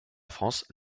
france